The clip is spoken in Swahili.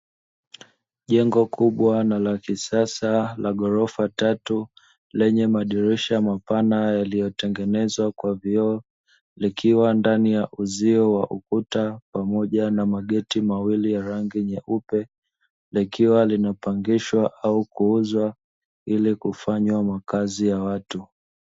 Jengo kubwa na la kisasa la ghorofa tatu, lenye madirisha mapana yaliyotengenezwa kwa vioo. Likiwa ndani ya uzio wa ukuta pamoja na mageti mawili ya rangi nyeupe, likiwa linapangishwa au kuuzwa ili kufanywa makazi ya watu.